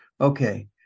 Okay